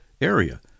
area